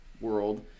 world